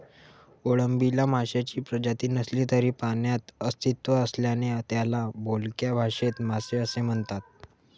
कोळंबीला माशांची प्रजाती नसली तरी पाण्यात अस्तित्व असल्याने त्याला बोलक्या भाषेत मासे असे म्हणतात